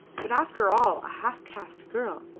but after all a half-caste girl.